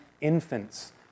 infants